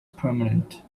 permanent